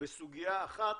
בסוגיה אחת,